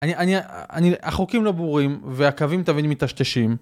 החוקים לא ברורים, והקווים תביני מתשתשים.